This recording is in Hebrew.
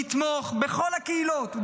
לתמוך בכל הקהילות,